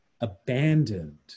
abandoned